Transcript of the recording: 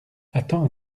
attends